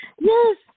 Yes